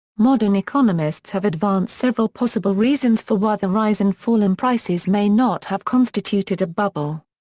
modern economists have advanced several possible reasons for why the rise and fall in prices may not have constituted a bubble.